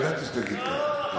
ידעתי שתגיד ככה.